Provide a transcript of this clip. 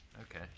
Okay